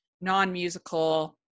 non-musical